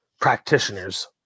practitioners